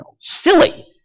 silly